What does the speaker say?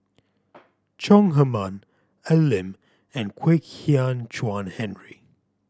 Chong Heman Al Lim and Kwek Hian Chuan Henry